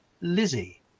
lizzie